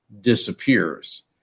disappears